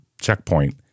checkpoint